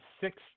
six